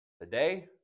Today